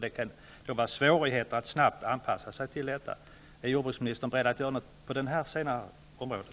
Det kan då bli svårigheter att åstadkomma en snabb anpassning. Är jordbruksministern beredd att göra något på det området?